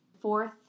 Fourth